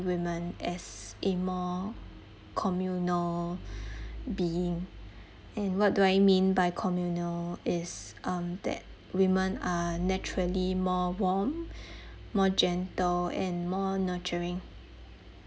women as a more communal being and what do I mean by communal is um that women are naturally more warm more gentle and more nurturing